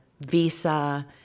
visa